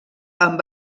amb